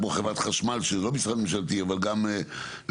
כמו חברת חשמל שזה לא משרד ממשלתי, אבל גם מקורות.